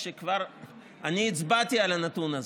כשכבר אני הצבעתי על הנתון הזה.